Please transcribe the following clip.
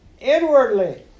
inwardly